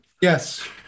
Yes